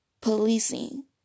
policing